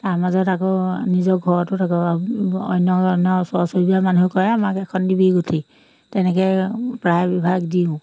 তাৰ মাজত আকৌ নিজৰ ঘৰতোত আকৌ অন্য অন্য ওচৰ চুবুৰীয়া মানুহে কয় আমাক এখন দিবি গুঠি তেনেকৈ প্ৰায় বিভাগ দিওঁ